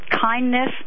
kindness